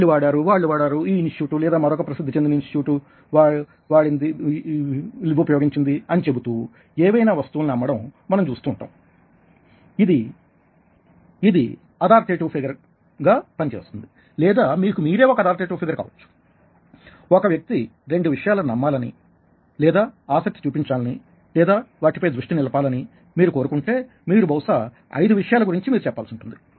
వీళ్ళు వాడారు వాళ్లు వాడారు ఈ ఇన్స్టిట్యూట్ లేదా మరొక ప్రసిద్ధిచెందిన ఇనిస్ట్యూట్ ఉపయోగించింది అని చెబుతూ ఏవైనా వస్తువులని అమ్మడం మనం చూస్తూ ఉంటాం ఇది అధారిటీ ఫిగర్ గా పనిచేస్తుంది లేదా మీకు మీరే ఒక అధారిటేటివ్ ఫిగర్ కావచ్చు ఒక వ్యక్తి రెండు విషయాలని నమ్మాలని లేదా ఆసక్తి చూపించాలని లేదా వాటిపై దృష్టి నిలపాలని మీరు కోరుకుంటే మీరు బహుశా ఐదు విషయాల గురించి మీరు చెప్పాల్సి ఉంటుంది